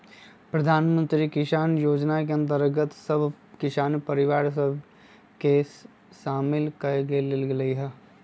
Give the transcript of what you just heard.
प्रधानमंत्री किसान जोजना के अंतर्गत सभ किसान परिवार सभ के सामिल क् लेल गेलइ ह